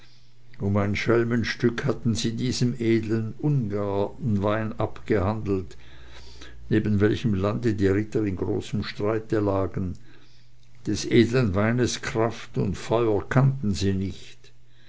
um ein schelmenstück hatten sie diesem edlen ungarwein abgehandelt neben welchem lande die ritter in großem streite lagen des edlen weines kraft und feuer kannten sie nicht